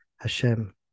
Hashem